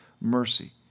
mercy